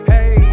Hey